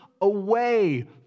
away